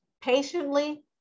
patiently